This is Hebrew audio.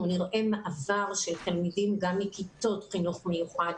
אנחנו נראה מעבר של תלמידים גם מכיתות חינוך מיוחד,